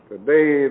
Today